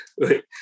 right